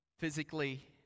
Physically